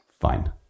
Fine